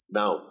now